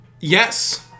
yes